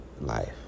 life